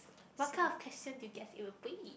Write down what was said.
what kind of question do you guess it will be